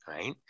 right